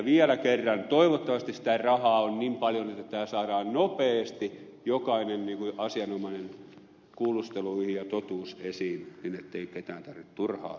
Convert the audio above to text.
vielä kerran toivottavasti sitä rahaa on niin paljon että saadaan nopeasti jokainen asianomainen kuulusteluihin ja totuus esiin niin ettei ketään tarvitse turhaa syyllistää